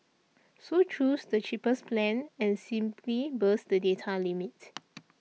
so choose the cheapest plan and simply bust the data limit